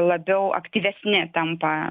labiau aktyvesni tampa